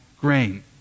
grain